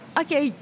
okay